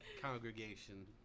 congregation